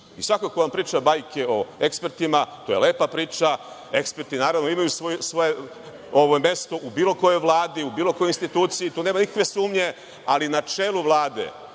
moć. Svako ko vam priča bajke o ekspertima, to je lepa priča. Eksperti, naravno, imaju svoje mesto u bilo kojoj vladi, u bilo kojoj instituciji, to nema nikakve sumnje, ali na čelu Vlade